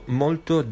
molto